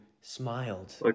smiled